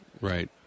Right